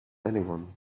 anyone